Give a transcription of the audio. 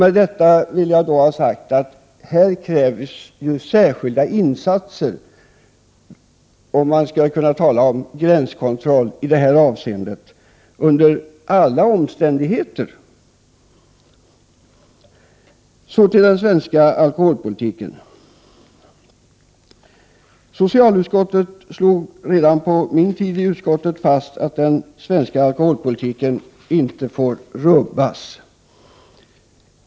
Med detta vill jag ha sagt att det i detta sammanhang krävs särskilda insatser om man skall kunna tala om gränskontroll i detta avseende under alla omständigheter. Därefter övergår jag till att tala om den svenska alkoholpolitiken. Socialutskottet slog redan på min tid i utskottet fast att den svenska alkoholpolitiken inte får rubbas.